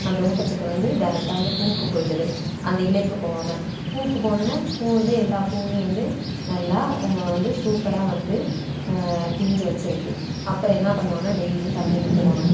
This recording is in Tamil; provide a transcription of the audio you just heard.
அந்த ஊட்டச்சத்து வந்து டெரெக்டாக வந்து பூவுக்கு போய்டுது அந்த இலைக்கு போகாமல் பூவுக்கு போனவுடன பூவந்து எல்லா பூவுமே வந்து நல்லா வந்து சூப்பராக வந்து பிஞ்சை வச்சிருக்குது அப்புறம் என்ன பண்ணுவாங்கனா டெய்லியும் தண்ணி ஊற்றுவாங்க